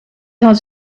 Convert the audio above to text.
has